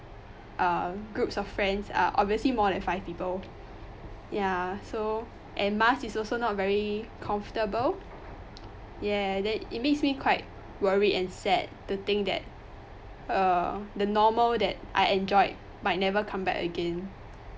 uh groups of friends are obviously more than five people ya so and mask is also not very comfortable yeah then it makes me quite worried and sad to think that err the normal that I enjoyed might never come back again